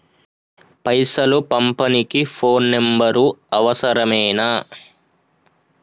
పైసలు పంపనీకి phone number అవసరమేనా?